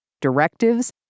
directives